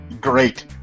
Great